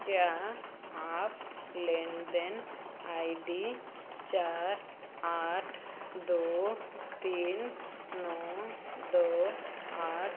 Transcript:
क्या आप लेन देन आई डी चार आठ दो तीन नौ दो आठ